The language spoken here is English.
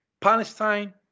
Palestine